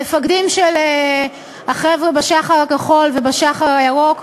המפקדים של החבר'ה ב"שח"ר כחול" וב"שח"ר ירוק".